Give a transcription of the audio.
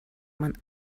man